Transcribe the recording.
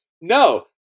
no